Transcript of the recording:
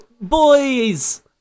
boys